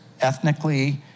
ethnically